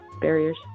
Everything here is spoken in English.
barriers